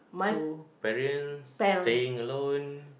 both parents staying alone